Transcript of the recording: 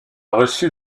reçu